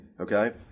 Okay